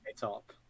top